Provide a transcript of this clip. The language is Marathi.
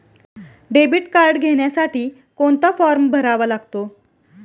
डेबिट कार्ड घेण्यासाठी कोणता फॉर्म भरावा लागतो?